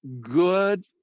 good